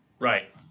Right